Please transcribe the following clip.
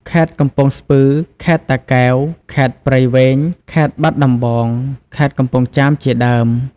ខេត្តកំពង់ស្ពឺ ខេត្តតាកែវ ខេត្តព្រៃវែង ខេត្តបាត់ដំបង ខេត្តកំពង់ចាម ជាដើម។